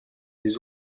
des